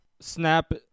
Snap